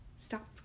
Stop